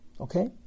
Okay